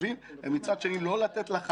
בן גביר, היית מערכתי, למה להגיע לזה?